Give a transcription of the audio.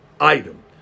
item